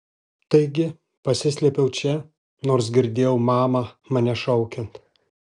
taigi pasislėpiau čia nors girdėjau mamą mane šaukiant